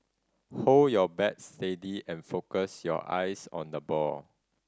hold your bat steady and focus your eyes on the ball